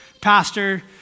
pastor